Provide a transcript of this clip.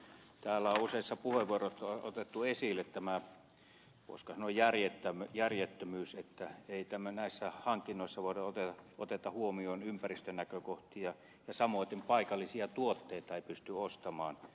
täällä on useissa puheenvuoroissa otettu esille tämä voisiko sanoa järjettömyys että ei näissä hankinnoissa oteta huomioon ympäristönäkökohtia ja samoiten paikallisia tuotteita ei pysty ostamaan